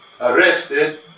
arrested